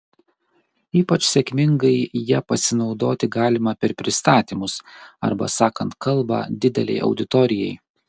ypač sėkmingai ja pasinaudoti galima per pristatymus arba sakant kalbą didelei auditorijai